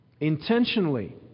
intentionally